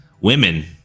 women